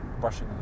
brushing